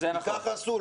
כי כך עשו.